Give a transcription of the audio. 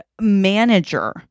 manager